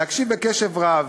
להקשיב קשב רב,